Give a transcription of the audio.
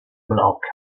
blocca